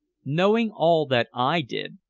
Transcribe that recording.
knowing all that i did,